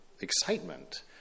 excitement